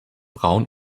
braun